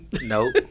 Nope